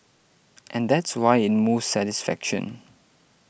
and that's why it moves satisfaction